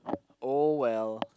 oh well